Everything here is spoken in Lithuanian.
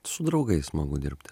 su draugais smagu dirbti